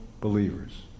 believers